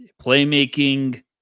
playmaking